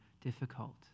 difficult